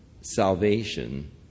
salvation